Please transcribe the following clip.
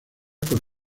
con